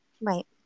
right